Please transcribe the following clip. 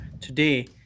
today